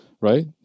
Right